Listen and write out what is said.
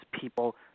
people